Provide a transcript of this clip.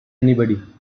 anybody